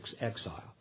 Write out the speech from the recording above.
exile